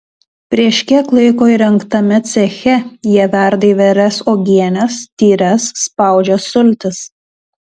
prieš kiek laiko įrengtame ceche jie verda įvairias uogienes tyres spaudžia sultis